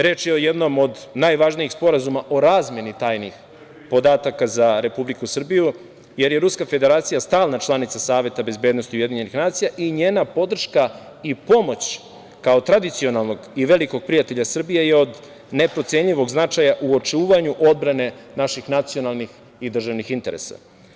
Reč je o jednom od najvažnijih Sporazuma o razmeni tajnih podataka za Republiku Srbiju jer je Ruska Federacija stalna članica Saveta bezbednosti UN i njena podrška i pomoć kao tradicionalnog i velikog prijatelja Srbije je od neprocenjivog značaja u očuvanja odbrane naših nacionalnih i državnih interesa.